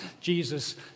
Jesus